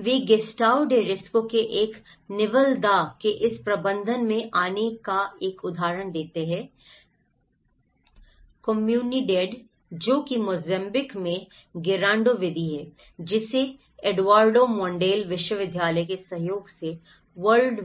वह 'गेस्टाओ डे रिस्को के एक निवल दा' के इस प्रबंधन में आने का एक उदाहरण देता है कोमुनिडेड जो कि मोजांबिक में गेरांडो विधि है जिसे एडुआर्डो मोंडेले विश्वविद्यालय के सहयोग से वर्ल्ड